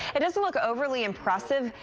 it doesn't look overly impressive.